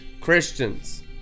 Christians